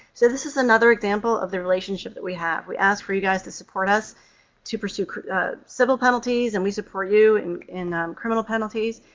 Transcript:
so this is another example of the relationship that we have. we ask for you guys to support us to pursue civil penalties, and we support you and in criminal penalties,